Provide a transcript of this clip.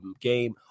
game